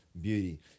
Beauty